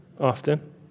often